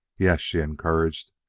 yes? she encouraged.